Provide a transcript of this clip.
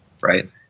right